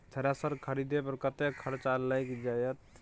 Thresher खरीदे पर कतेक खर्च लाईग जाईत?